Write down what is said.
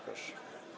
Proszę.